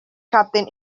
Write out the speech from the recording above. captain